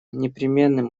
непременным